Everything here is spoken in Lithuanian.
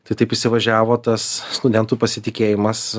tai taip įsivažiavo tas studentų pasitikėjimas